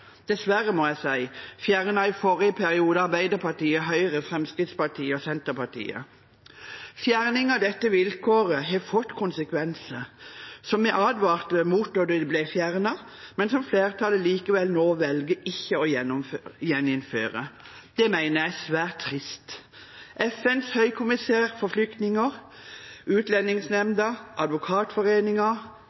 dessverre, må jeg si – fjernet i forrige periode av Arbeiderpartiet, Høyre, Fremskrittspartiet og Senterpartiet. Fjerning av dette vilkåret har fått konsekvenser som vi advarte mot da det ble fjernet, men flertallet velger likevel ikke å gjeninnføre det. Det mener jeg er svært trist. FNs høykommissær for flyktninger, Utlendingsnemnda,